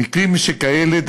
במקרים שכאלה,